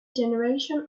generation